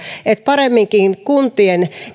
paremminkin kuntien